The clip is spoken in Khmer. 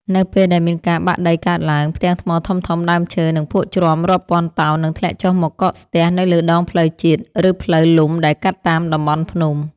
នៅពេលដែលមានការបាក់ដីកើតឡើង ផ្ទាំងថ្មធំៗ ដើមឈើ និងភក់ជ្រាំរាប់ពាន់តោននឹងធ្លាក់ចុះមកកកស្ទះនៅលើដងផ្លូវជាតិ ឬផ្លូវលំដែលកាត់តាមតំបន់ភ្នំ។